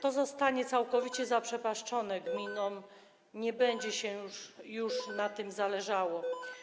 To zostanie całkowicie zaprzepaszczone, gminom nie będzie już na tym zależało.